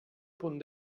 punt